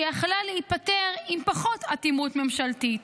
שיכולה הייתה להיפתר עם פחות אטימות ממשלתית.